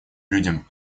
людям